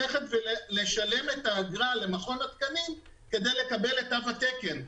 לשלם את האגרה למכון התקנים כדי לקבל את תו התקן.